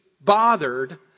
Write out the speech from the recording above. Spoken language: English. bothered